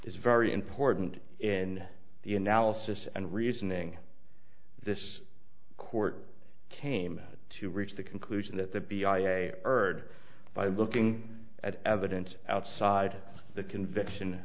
is very important in the analysis and reasoning this court came to reach the conclusion that the b i a third by looking at evidence outside the conviction